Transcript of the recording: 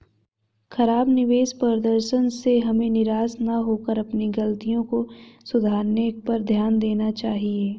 खराब निवेश प्रदर्शन से हमें निराश न होकर अपनी गलतियों को सुधारने पर ध्यान देना चाहिए